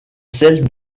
celle